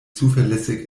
zuverlässig